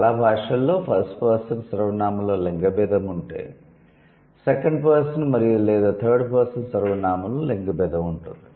చాలా భాషలలో first person సర్వనామంలో లింగ భేదం ఉంటే సెకండ్ పర్సన్ మరియు లేదా థర్డ్ పర్సన్ సర్వనామంలో లింగ భేదం ఉంటుంది